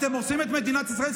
אתם הורסים את מדינת ישראל,